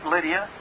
Lydia